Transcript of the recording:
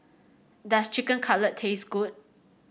does Chicken Cutlet taste good